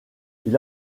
ils